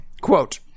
Quote